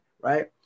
Right